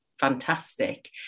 fantastic